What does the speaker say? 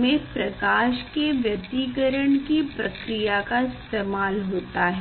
में प्रकाश के व्यतिकरण की प्रक्रिया का इस्तेमाल होता है